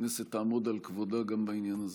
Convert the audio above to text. שהכנסת תעמוד על כבודה גם בעניין הזה.